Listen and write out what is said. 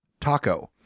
taco